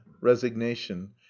resignation